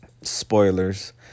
Spoilers